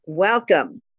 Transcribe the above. Welcome